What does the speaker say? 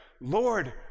Lord